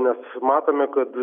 mes matome kad